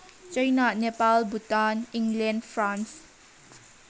China Nepal Bhutan England France